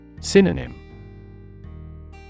Synonym